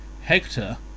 Hector